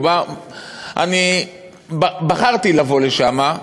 אני בחרתי לבוא לשם,